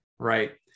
Right